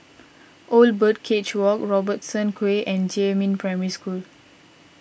Old Birdcage Walk Robertson Quay and Jiemin Primary School